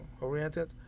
oriented